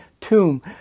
tomb